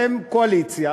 אתם קואליציה,